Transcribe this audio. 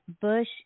Bush